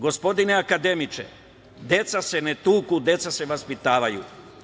Gospodine akademiče, deca se ne tuku, deca se vaspitavaju.